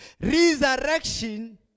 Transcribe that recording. Resurrection